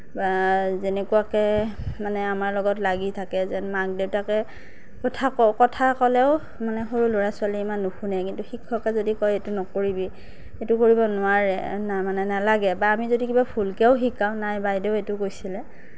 বা যেনেকুৱাকৈ আমাৰ লগত লাগি থাকে যেন মাক দেউতাকে কথা ক কথা ক'লেও মানে সৰু ল'ৰা ছোৱালীয়ে ইমান নুশুনে কিন্তু শিক্ষকে যদি কয় এইটো নকৰিবি এইটো কৰিব নোৱাৰে মানে নেলাগে বা আমি যদি কিবা ভুলকৈও শিকাওঁ না বাইদেউ এইটো কৈছিলে